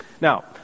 Now